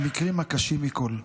המקרים הקשים מכול.